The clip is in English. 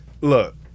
Look